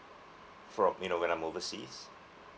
from you know when I'm overseas